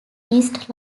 east